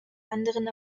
anderen